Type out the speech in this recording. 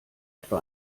etwa